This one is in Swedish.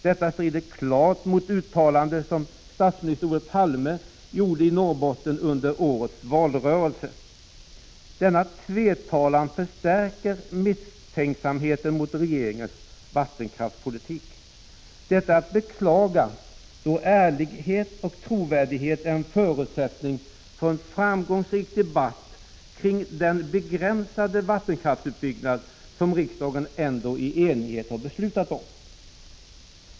Detta strider klart mot det uttalande som To omm at CC statsminister Olof Palme gjorde i Norrbotten under årets valrörelse. Denna tvetalan förstärker misstänksamheten mot regeringens vattenkraftspolitik. Detta är att beklaga, då ärlighet och trovärdighet är förutsättningar för en framgångsrik debatt kring den begränsade vattenkraftsutbyggnad som riksdagen ändå i enighet har beslutat om.